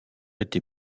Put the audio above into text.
été